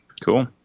Cool